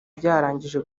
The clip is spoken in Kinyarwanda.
byarangije